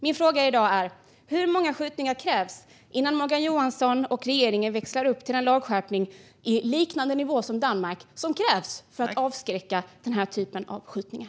Min fråga i dag är: Hur många skjutningar krävs innan Morgan Johansson och regeringen växlar upp till en lagskärpning på liknande nivå som den i Danmark, som krävs för att avskräcka den här typen av skjutningar?